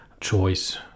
choice